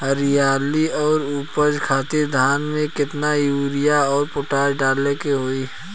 हरियाली और उपज खातिर धान में केतना यूरिया और पोटाश डाले के होई?